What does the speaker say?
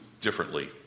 differently